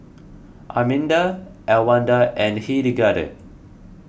Arminda Elwanda and Hildegarde